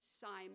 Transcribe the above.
Simon